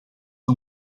não